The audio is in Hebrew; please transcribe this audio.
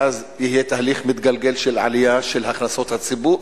ואז יהיה תהליך מתגלגל של עלייה של הכנסות הציבור,